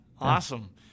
Awesome